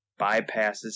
bypasses